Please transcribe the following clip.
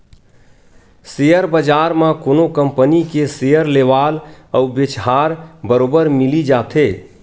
share बजार म कोनो कंपनी के सेयर लेवाल अउ बेचहार बरोबर मिली जाथे